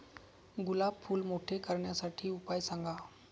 गुलाब फूल मोठे करण्यासाठी उपाय सांगा?